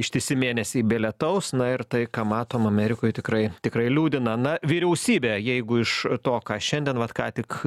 ištisi mėnesiai be lietaus na ir tai ką matom amerikoj tikrai tikrai liūdina na vyriausybė jeigu iš to ką šiandien vat ką tik